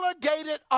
delegated